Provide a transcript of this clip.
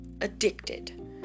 addicted